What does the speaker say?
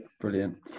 brilliant